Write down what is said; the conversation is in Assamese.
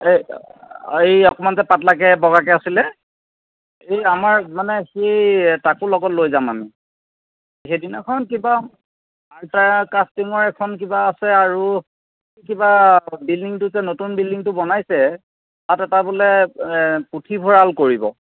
আৰু এই অকণমান যে পাতলাকৈ বগাকৈ আছিলে এই আমাৰ মানে সি তাকো লগত লৈ যাম আমি সেইদিনাখন কিবা কাষ্টিঙৰ এখন কিবা আছে আৰু কিবা বিল্ডিংটো যে নতুন বিল্ডিংটো বনাইছে তাত এটা বোলে পুথিভঁৰাল কৰিব